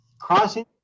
crossing